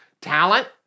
Talent